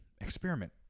experiment